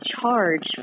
charge